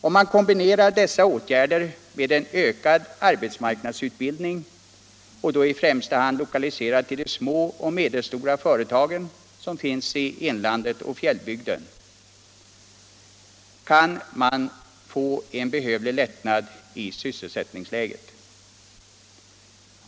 Om man kombinerar dessa åtgärder med en ökad arbetsmarknadsutbildning, i första hand lokaliserad till de små och medelstora företagen i inlandet och fjällbygden, kan det bli en behövlig lättnad i sysselsättningsläget.